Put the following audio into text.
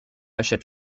achète